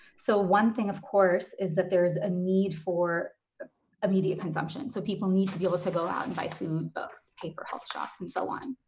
so, one thing of course, is that there's a need for immediate consumption. so people need to be able to go out and buy food, books, pay for health shops and so on.